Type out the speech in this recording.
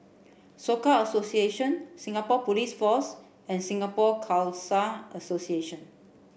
Soka Association Singapore Police Force and Singapore Khalsa Association